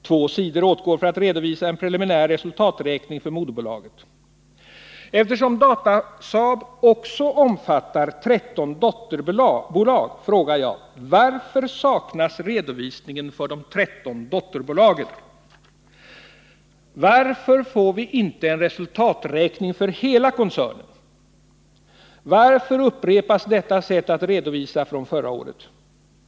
Två sidor åtgår för att redovisa en preliminär resultaträkning för moderbolaget. Eftersom Datasaab också omfattar 13 dotterbolag frågar jag: Varför saknas redovisningen för de 13 dotterbolagen? Varför får vi inte ett bokslut för hela koncernen? Varför upprepas detta sätt att redovisa från förra året?